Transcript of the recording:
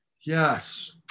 Yes